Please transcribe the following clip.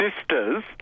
sisters